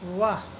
ವಾಹ್